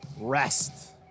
rest